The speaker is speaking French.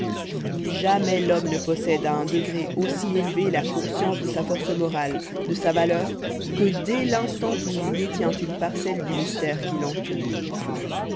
jamais l'homme ne possède à un degré aussi élevé la conscience de sa force morale de sa valeur que dès l'instant où il détient une parcelle du mystère qui l'entoure